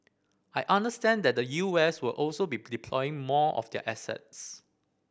I understand that the U S will also be deploying more of their assets